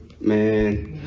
Man